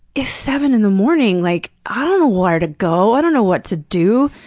it's seven in the morning! like, i don't know where to go. i don't know what to do.